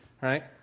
right